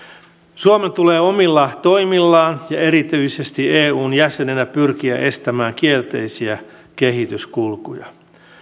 suomen tulee omilla toimillaan ja erityisesti eun jäsenenä pyrkiä estämään kielteisiä kehityskulkuja